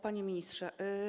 Panie Ministrze!